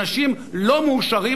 אנשים לא מאושרים,